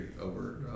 over